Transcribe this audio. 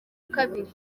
kabiri